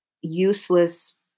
useless